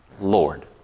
Lord